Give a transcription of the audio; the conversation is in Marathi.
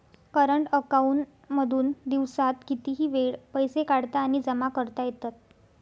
करंट अकांऊन मधून दिवसात कितीही वेळ पैसे काढता आणि जमा करता येतात